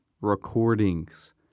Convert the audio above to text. recordings